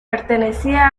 pertenecía